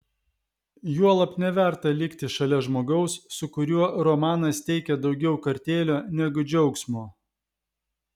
juolab neverta likti šalia žmogaus su kuriuo romanas teikia daugiau kartėlio negu džiaugsmo